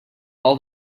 all